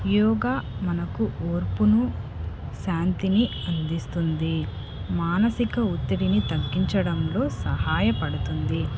యోగా మనకు ఓర్పును శాంతిని అందిస్తుంది మానసిక ఒత్తిడిని తగ్గించడంలో సహాయపడుతుంది